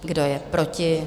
Kdo je proti?